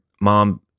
mom